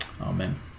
Amen